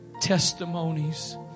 testimonies